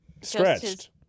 stretched